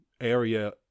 area